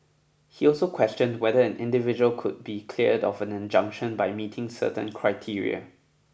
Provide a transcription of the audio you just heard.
he also questioned whether an individual could be cleared of an injunction by meeting certain criteria